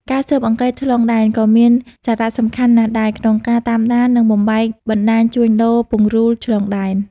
ការស៊ើបអង្កេតឆ្លងដែន ក៏មានសារៈសំខាន់ណាស់ដែរ ក្នុងការតាមដាន និងបំបែកបណ្ដាញជួញដូរពង្រូលឆ្លងដែន។